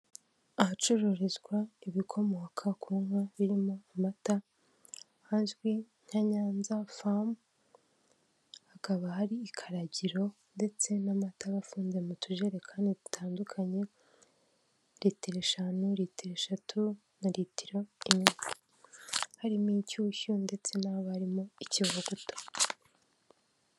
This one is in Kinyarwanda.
Ahacururizwa ibikomoka ku nka birimo amata hazwi nka Nyanza famu, hakaba hari ikaragiro ndetse n'amatara aba afunze mu tujerekani dutandukanye, litiro eshanu, litiro eshatu na litiro imwe. Harimo inshyushyu ndetse n'aharimo ikivuguto.